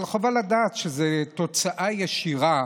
אבל חובה לדעת שזו תוצאה ישירה